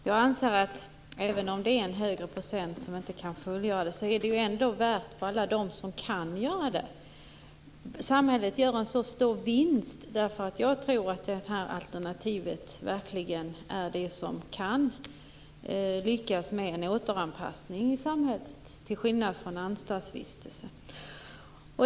Fru talman! Även om det inte är en högre procentandel som kan fullgöra denna strafform, är det ändå värt för alla dem som kan göra det. Samhället gör en så stor vinst. Detta är det enda alternativ där det går att lyckas med en återanpassning i samhället - till skillnad från en anstaltsvistelse.